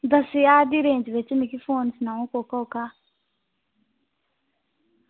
दस्सेआ ते मेरी रेंज बिच्च फोन कोह्का कोह्का